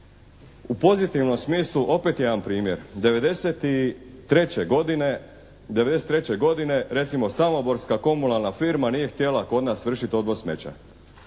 U pozitivnom smislu opet jedan primjer. '93. godine recimo samoborska komunalna firma nije htjela kod nas vršiti odvoz smeća.